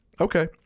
Okay